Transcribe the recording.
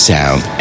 Sound